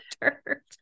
dirt